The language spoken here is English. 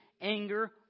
anger